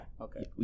Okay